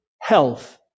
health